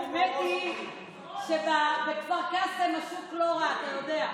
האמת היא שבכפר קאסם השוק לא רע, אתה יודע.